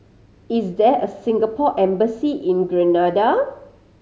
is there a Singapore Embassy in Grenada